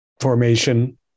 formation